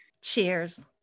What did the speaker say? cheers